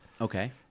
Okay